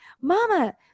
mama